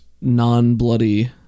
non-bloody